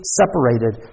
separated